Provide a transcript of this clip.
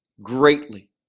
greatly